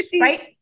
right